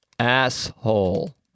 Asshole